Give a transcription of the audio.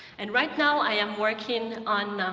and right now, i am working on